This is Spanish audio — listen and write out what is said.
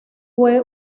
fue